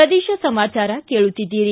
ಪ್ರದೇಶ ಸಮಾಚಾರ ಕೇಳುತ್ತೀದ್ದಿರಿ